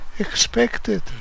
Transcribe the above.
expected